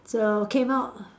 so came out